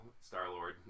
Star-Lord